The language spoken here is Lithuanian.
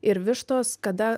ir vištos kada